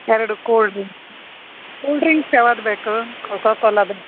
ಎರಡು cool drink cool drinks ಯಾವದು ಬೇಕು ಕೋಕಾ ಕೋಲಾ ಅದು